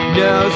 no